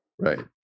Right